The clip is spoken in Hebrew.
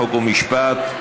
חוק ומשפט.